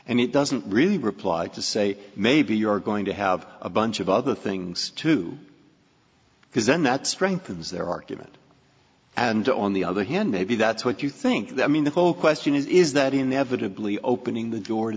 and it doesn't really replied to say maybe you're going to have a bunch of other things too because then that strengthens their argument and on the other hand maybe that's what you think that i mean the whole question is is that in the evidently opening the door to